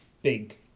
big